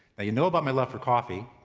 you know about my love for coffee,